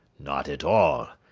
not at all!